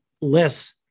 less